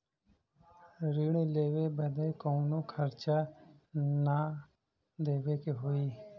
ऋण लेवे बदे कउनो खर्चा ना न देवे के होई?